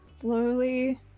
slowly